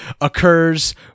occurs